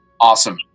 Awesome